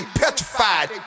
petrified